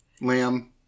lamb